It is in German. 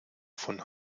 von